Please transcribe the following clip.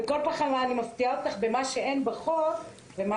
כל פעם אני מפתיעה אותך במה שאין בחוק ומה